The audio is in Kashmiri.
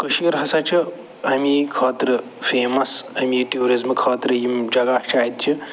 کٔشیٖرِ ہسا چھِ اَمی خٲطرٕ فیمَس أمی ٹوٗرِزٕمہٕ خٲطرٕ یِم جگہ چھِ اَتچہٕ